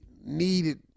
needed